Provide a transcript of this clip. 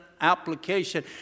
application